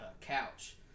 couch